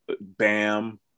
bam